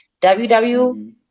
WW